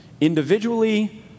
individually